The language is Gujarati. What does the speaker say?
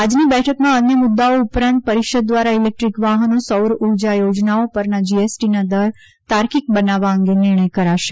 આજની બેઠકમાં અન્ય મુદૃઓ ઉપરાંત પરિષદ દ્વારા ઈલેકટ્રીક વાહનો સૌર ઉર્જા યોજનાઓ પરના જીએસટીના દર તાર્કીક બનાવવા અંગે નિર્ણય કરાશે